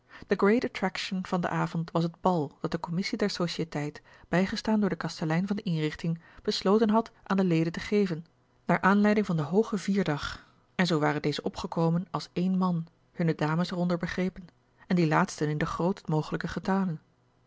great attraction van den avond was het bal dat de commissie der sociëteit bijgestaan door den kastelein van de inrichting besloten had aan de leden te geven naar aanleiding van den hoogen vierdag en zoo waren deze opgekomen als één man hunne dames er onder begrepen en die laatsten in den grootst mogelijken getale